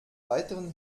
weiteren